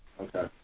Okay